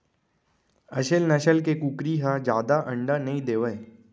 असेल नसल के कुकरी ह जादा अंडा नइ देवय